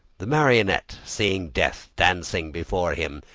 the marionette, seeing death dancing before him,